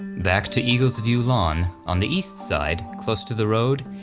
back to eagle's view lawn, on the east side close to the road,